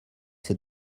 ces